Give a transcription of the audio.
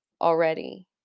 already